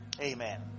amen